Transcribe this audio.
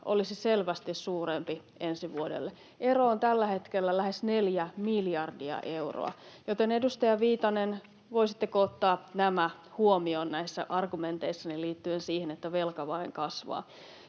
olisi selvästi suurempi ensi vuodelle. Ero on tällä hetkellä lähes neljä miljardia euroa. Eli, edustaja Viitanen, voisitteko ottaa nämä huomioon näissä argumenteissanne liittyen siihen, että velka vain kasvaa?